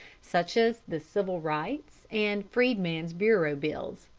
such as the civil rights and freedman's bureau bills.